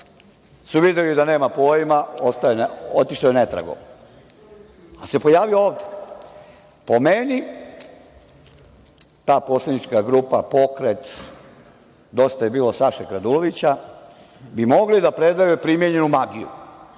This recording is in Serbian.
su videli da nema pojma otišao je netragom, ali se pojavio ovde. Po meni, ta poslanička grupa pokret Dosta je bilo Saše Kradulovića, bi mogli da predaju primenjenu magiju,